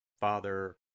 Father